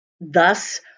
Thus